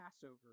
Passover